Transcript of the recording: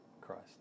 Christ